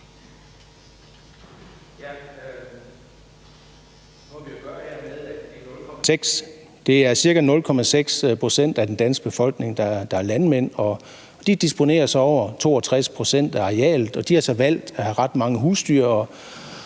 det er ca. 0,6 pct. af den danske befolkning, der er landmænd, og de disponerer så over 62 pct. af arealet. De har så valgt at have ret mange husdyr,